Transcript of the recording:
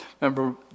remember